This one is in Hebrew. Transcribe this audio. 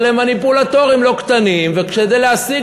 אבל הם מניפולטורים לא קטנים וכדי להשיג